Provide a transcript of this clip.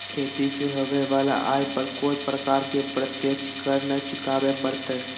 खेती से होबो वला आय पर कोय प्रकार के प्रत्यक्ष कर नय चुकावय परतय